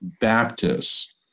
Baptists